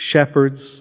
shepherds